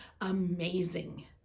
amazing